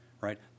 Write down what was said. right